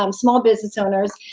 um small business owners.